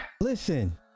Listen